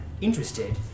interested